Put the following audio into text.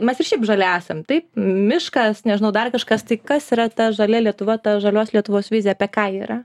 mes ir šiaip žali esam taip miškas nežinau dar kažkas tai kas yra ta žalia lietuva ta žalios lietuvos vizija apie ką ji yra